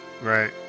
Right